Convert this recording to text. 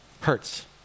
Hurts